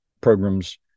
programs